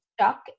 stuck